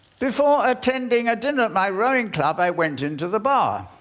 before attending a dinner at my rowing club, i went into the bar.